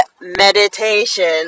Meditation